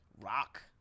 rock